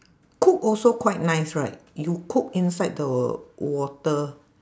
cook also quite nice right you cook inside the water